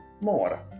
more